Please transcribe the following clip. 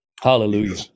hallelujah